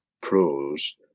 prose